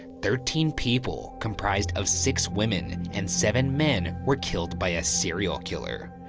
thirteen people, comprised of six women and seven men were killed by a serial killer.